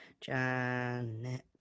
Janet